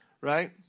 right